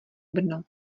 brno